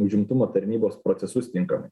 užimtumo tarnybos procesus tinkamai